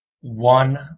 One